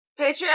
Patreon